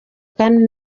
kandi